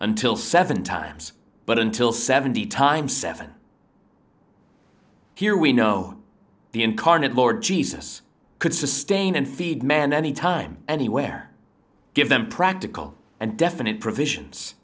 until seven times but until seventy times seven here we know the incarnate lord jesus could sustain and feed man any time anywhere give them practical and definite provisions